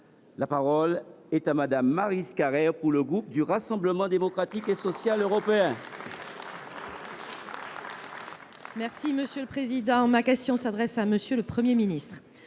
La parole est à Mme Maryse Carrère, pour le groupe du Rassemblement Démocratique et Social Européen.